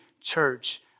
church